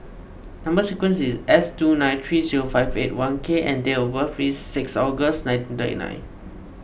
Number Sequence is S two nine three zero five eight one K and date of birth is six August nineteen thirty nine